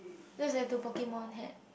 that is like a Pokemon hat